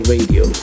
Radio